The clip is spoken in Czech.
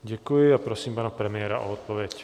Děkuji a prosím pana premiéra o odpověď.